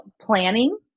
planning